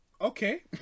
Okay